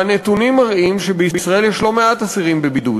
והנתונים מראים שבישראל יש לא-מעט אסירים בבידוד.